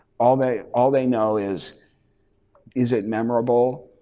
all they all they know is is it memorable?